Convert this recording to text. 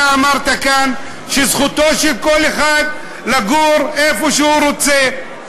אתה אמרת כאן שזכותו של כל אחד לגור איפה שהוא רוצה.